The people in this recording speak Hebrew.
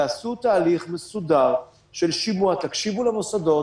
תעשו תהליך מסודר של שימוע, תקשיבו למוסדות,